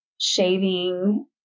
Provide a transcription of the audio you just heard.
shaving